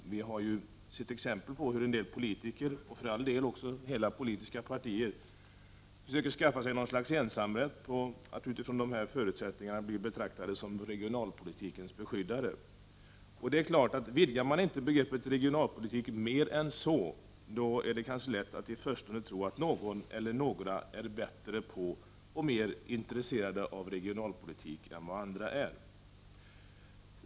Vi har ju sett exempel på hur en del politiker, och för all del också hela politiska partier, försökt skaffa sig något slags ensamrätt att utifrån dessa förutsättningar bli betraktade som regionalpolitikens beskyddare. Och det är klart att vidgar man inte begreppet regionalpolitik mer än så, är det lätt att i förstone tro att någon eller några är bättre på, eller mera intresserade av, regionalpolitik än vad andra är.